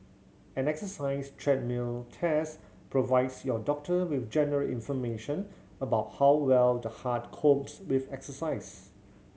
an exercise treadmill test provides your doctor with general information about how well the heart copes with exercise